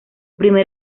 primer